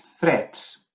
threats